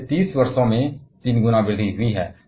इसलिए 30 वर्षों में 3 गुना वृद्धि हुई है